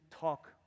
talk